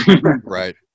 Right